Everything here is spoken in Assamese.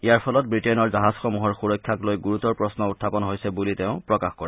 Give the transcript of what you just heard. ইয়াৰ ফলত বৃটেইনৰ জাহাজসমূহৰ সৰক্ষাক লৈ গুৰুতৰ প্ৰশ্ন উখাপন হৈছে বলি তেওঁ প্ৰকাশ কৰে